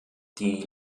die